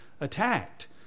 attacked